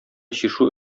чишү